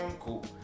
cool